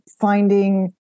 Finding